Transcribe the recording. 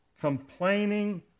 Complaining